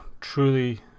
truly